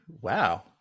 Wow